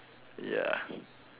ya